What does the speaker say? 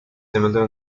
similar